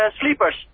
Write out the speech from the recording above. sleepers